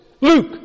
Luke